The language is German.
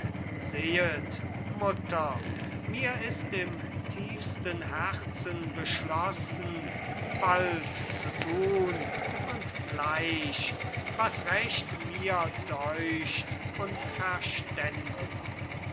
sehet mutter mir ist im tiefsten herzen beschlossen bald zu tun und gleich was recht mir deucht und verständig